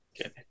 Okay